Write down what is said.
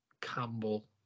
Campbell